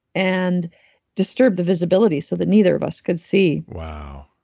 and disturbed the visibility, so that neither of us could see. wow.